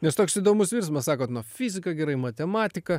nes toks įdomus virsmas sakot fizika gerai matematika